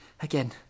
Again